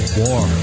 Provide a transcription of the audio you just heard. war